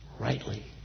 rightly